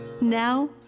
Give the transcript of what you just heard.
Now